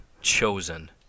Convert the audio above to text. chosen